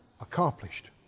accomplished